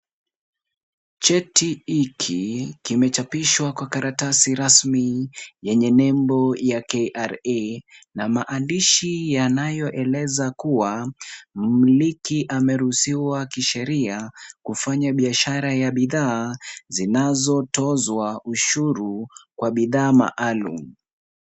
Cheti hiki kimechapishwa kwa karatasi rasmi yenye nembo ya KRA na maandihi yanayoeleza kuwa, mumiliki ameruhusiwa kisheria kufanya biashara ya bidhaa zinazotozwa ushuru kwa bidhaa maalum.